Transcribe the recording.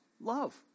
Love